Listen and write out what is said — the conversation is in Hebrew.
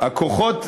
הכוחות,